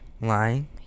Lying